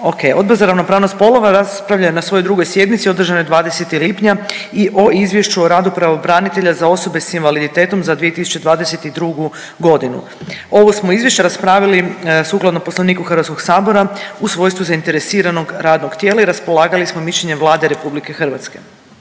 Odbor za ravnopravnost spolova raspravljao je na svojoj drugoj sjednici održanoj 20. lipnja i o Izvješću o radu pravobranitelja za osobe sa invaliditetom za 2022. godinu. Ovo smo izvješće raspravili sukladno Poslovniku Hrvatskog sabora u svojstvu zainteresiranog radnog tijela i raspolagali smo mišljenjem Vlade Republike Hrvatske.